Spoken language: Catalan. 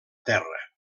terra